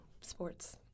sports